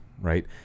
right